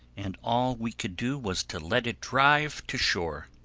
and all we could do was to let it drive to shore.